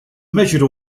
measured